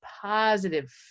positive